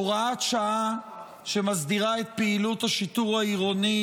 הוראת שעה שמסדירה את פעילות השיטור העירוני